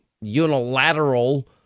unilateral